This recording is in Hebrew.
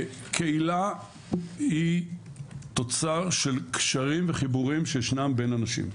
קהילה היא תוצר של קשרים וחיבורים שישנם בין אנשים.